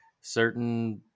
certain